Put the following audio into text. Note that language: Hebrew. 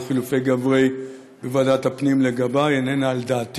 חילופי גברי בוועדת הפנים לגביי איננה על דעתי.